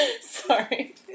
Sorry